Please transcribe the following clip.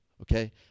Okay